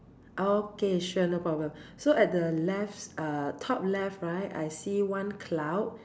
okay sure no problem so at the left uh top left right I see one cloud